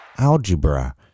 Algebra